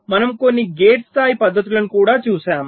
మనం కొన్ని గేట్ స్థాయి పద్ధతులను కూడా చూశాము